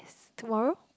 tomorrow